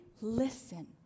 listen